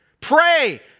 pray